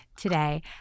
today